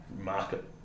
market